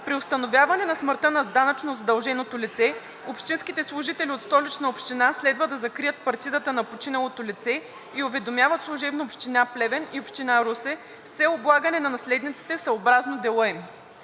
При установяване на смъртта на данъчно задълженото лице общинските служители от Столична община следва да закрият партидата на починалото лице и уведомяват служебно Община Плевен и Община Русе с цел облагане на наследниците съобразно дела им.